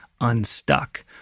unstuck